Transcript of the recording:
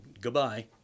Goodbye